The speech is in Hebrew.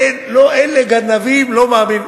אלה גנבים, לא מאמין.